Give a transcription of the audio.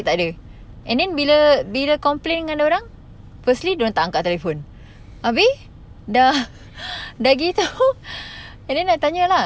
tak ada and then bila bila complain dengan dia orang firstly dia orang tak angkat phone abeh dah dah gitu and then nak tanya lah